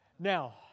Now